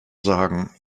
sagen